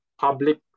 public